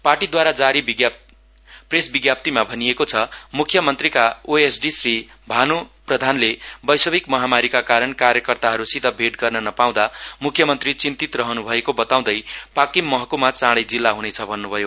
पार्टीदूवारा जारी प्रेश विज्ञाप्तिमा भनिएको छ मुख्यमन्त्रीका ओएसडी श्री भान् प्रधानले वैश्विक महामारीका कारण कार्यकर्तासित भेट गर्न नपाउँदा मुख्यमन्त्री चिन्तित रहनुभएको बताउँदै पकिम महक्मा चाडै जिल्ला ह्नेछ भन्नुभयो